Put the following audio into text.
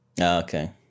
okay